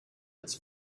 its